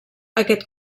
aquest